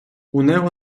унего